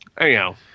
anyhow